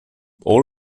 all